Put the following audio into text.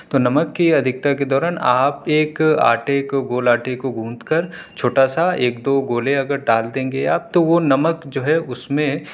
تو نمک کی ادھکتا کے دوران آپ ایک آٹے گول آٹے کو گوندھ کر چھوٹا سا ایک دو گولے اگر ڈال دیں گے آپ تو وہ نمک جو ہے اس میں